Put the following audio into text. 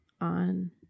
on